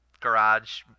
garage